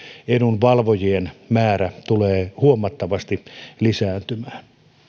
edunvalvojien määrä tulee huomattavasti lisääntymään